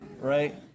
right